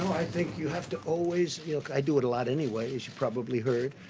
i think you have to always i do it a lot anyway, as you probably heard,